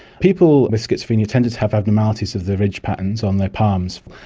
people with schizophrenia tended to have abnormalities of their ridge patterns on their palms.